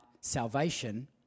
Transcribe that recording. salvation